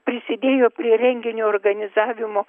prisidėjo prie renginio organizavimo